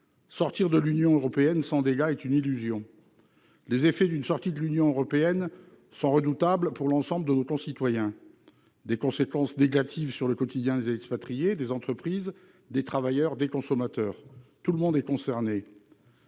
quitter de l'Union européenne sans dégâts est illusoire. Les effets d'une sortie de l'Union européenne sont redoutables pour l'ensemble de nos concitoyens : elle emporte des conséquences négatives sur le quotidien des expatriés, des entreprises, des travailleurs, des consommateurs. Tout le monde est concerné